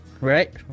right